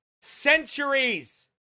Centuries